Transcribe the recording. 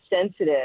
sensitive